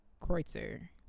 Kreutzer